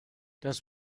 das